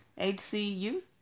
H-C-U